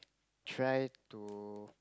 try to